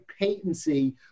patency